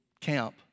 camp